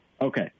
Okay